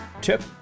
Tip